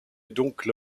dunkle